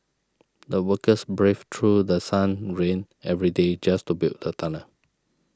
the workers braved through The Sun rain every day just to build the tunnel